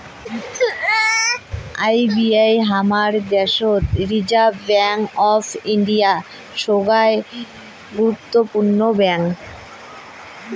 RBI হামাদের দ্যাশোত reserve bank of India, সোগায় গুরুত্বপূর্ণ ব্যাঙ্ক